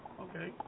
Okay